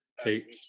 Hey